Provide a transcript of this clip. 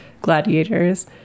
gladiators